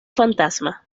fantasma